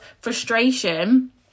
frustration